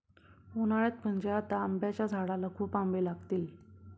उन्हाळ्यात म्हणजे आता आंब्याच्या झाडाला खूप आंबे लागतील